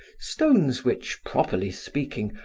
stones which, properly speaking,